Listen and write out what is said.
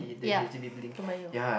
ya Toa-Payoh